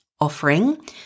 offering